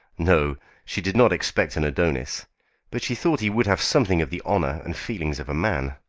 no she did not expect an adonis but she thought he would have something of the honour and feelings of a man.